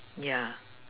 ya